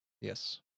Yes